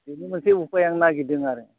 बेनि मोनसे उपाय आं नागिरदों आरो